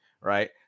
right